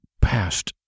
past